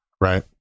Right